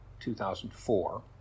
2004